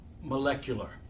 molecular